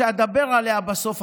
שאדבר עליה בסוף,